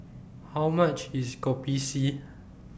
How much IS Kopi C